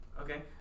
okay